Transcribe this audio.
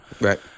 Right